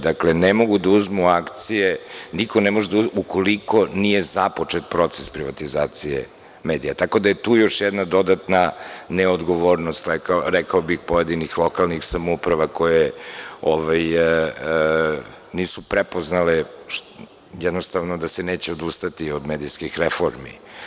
Dakle, ne mogu da uzmu akcije, niko ne može da uzme ukoliko nije započet proces privatizacije, tako da je tu još jedna dodatna neodgovornost, rekao bih, pojedinih lokalnih samouprava koje nisu prepoznale da se neće odustati od medijskih reformi.